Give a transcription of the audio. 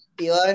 Eli